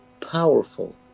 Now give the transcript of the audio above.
powerful